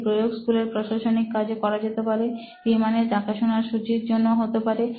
এর প্রয়োগ স্কুলের প্রশাসনিক কাজে করা যেতে পারে বিমানের দেখাশোনার সূচি জন্য হতে পারে